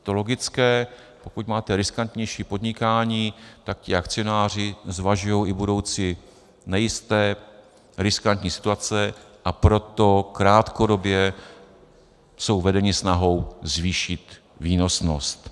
Je to logické, pokud máte riskantnější podnikání, tak ti akcionáři zvažují i budoucí nejisté, riskantní situace, a proto krátkodobě jsou vedeni snahou zvýšit výnosnost.